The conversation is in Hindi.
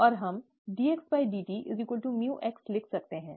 और हम dx dt µx लिख सकते हैं